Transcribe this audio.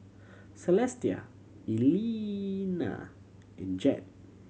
Celestia Elena and Jed